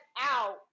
out